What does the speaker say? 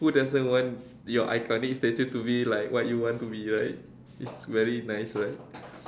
who doesn't want your iconic statue to be like what you want to be right it's very nice right